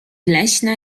leśna